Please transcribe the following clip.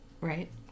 right